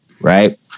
Right